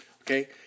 Okay